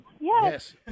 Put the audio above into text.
yes